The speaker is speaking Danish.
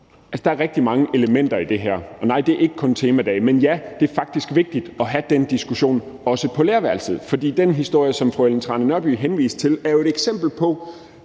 Der er rigtig mange elementer i det her, og nej, det er ikke kun temadage, men ja, det er faktisk vigtigt at have den diskussion også på lærerværelset, for den historie, som fru Ellen Trane Nørby henviste til, jo er et eksempel på,